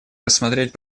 рассмотреть